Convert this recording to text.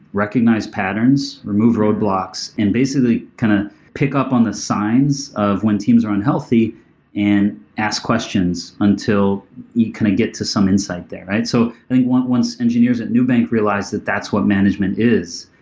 recognize patterns, remove roadblocks and basically kind of pick up on the signs of when teams are unhealthy and ask questions until you kind of get to some insight there. so i think once engineers at nubank realize that that's what management is,